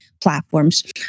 platforms